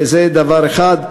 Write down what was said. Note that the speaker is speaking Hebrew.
זה דבר אחד.